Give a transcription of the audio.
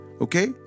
okay